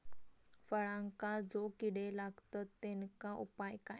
फळांका जो किडे लागतत तेनका उपाय काय?